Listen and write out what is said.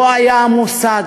לא היה מוסד